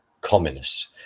communists